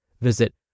Visit